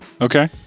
Okay